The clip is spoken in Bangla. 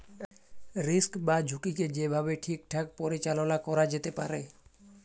রিস্ক বা ঝুঁকিকে যে ভাবে ঠিকঠাক পরিচাললা ক্যরা যেতে পারে